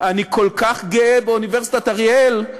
אני כל כך גאה באוניברסיטת אריאל,